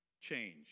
change